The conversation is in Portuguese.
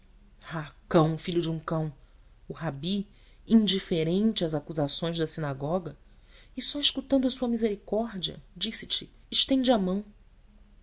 ah cão filho de um cão o rabi indiferente às acusações da sinagoga e só escutando a sua misericórdia dissete estende a mão